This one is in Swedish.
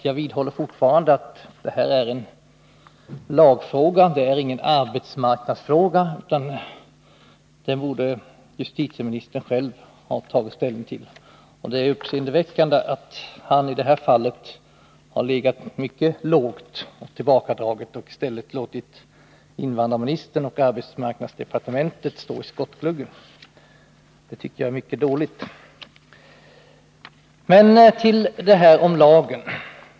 Jag vidhåller att detta är en lagfråga och inte en arbetsmarknadsfråga. Justitieministern själv borde ha tagit ställning till den. Det är uppseendeväckande att han i det här fallet legat mycket lågt, varit mycket tillbakadragen, och i stället låtit invandrarministern och arbetsmarknadsdepartementet stå i skottgluggen. Det tycker jag är mycket dåligt. Till frågan om lagen.